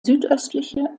südöstliche